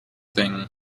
thing